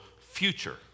future